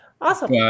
Awesome